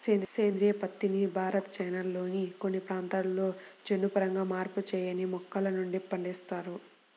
సేంద్రీయ పత్తిని భారత్, చైనాల్లోని కొన్ని ప్రాంతాలలో జన్యుపరంగా మార్పు చేయని మొక్కల నుండి పండిస్తారు